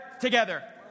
together